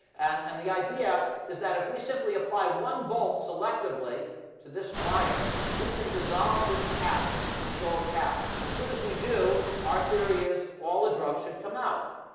and and the idea is that if we simply apply one volt selectively to this wire, we can dissolve this this gold cap. as soon as we do, our theory is, all the drug should come out.